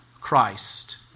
Christ